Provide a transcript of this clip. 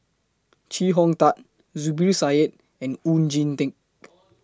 Chee Hong Tat Zubir Said and Oon Jin Teik